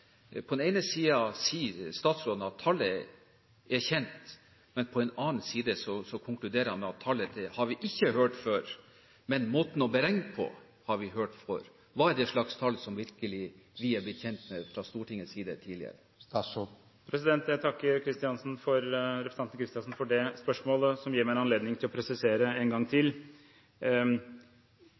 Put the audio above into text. på den ene siden sier statsråden at tallet er kjent, men på den annen side konkluderer han med at tallet har vi ikke hørt før, men måten å beregne på har vi hørt før. Hva er det for slags tall som vi virkelig har blitt kjent med fra Stortingets side tidligere? Jeg takker representanten Kristiansen for det spørsmålet, som gir meg en anledning til å presisere en gang til: